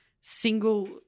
single